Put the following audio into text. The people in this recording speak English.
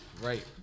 right